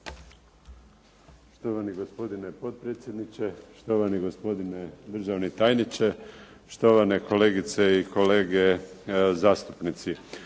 Štovani gospodine potpredsjedniče, štovani gospodine državni tajniče, štovane kolegice i kolege zastupnici.